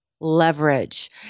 Leverage